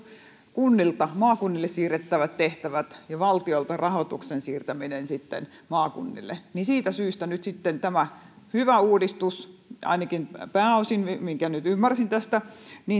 kunnilta maakunnille siirrettävät tehtävät ja valtiolta rahoituksen siirtäminen maakunnille niin siitä syystä nyt sitten tämä hyvä uudistus ainakin pääosin minkä nyt ymmärsin tästä